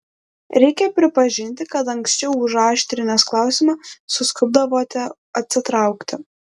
reikia pripažinti kad anksčiau užaštrinęs klausimą suskubdavote atsitraukti